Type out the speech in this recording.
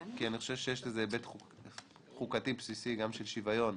כי אני חושב שיש לזה היבט חוקתי בסיסי גם של שוויון.